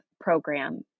program